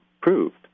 proved